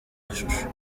mashusho